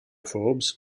forbes